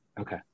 Okay